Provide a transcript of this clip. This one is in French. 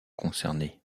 concernée